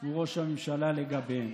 הוא ראש הממשלה לגביהם.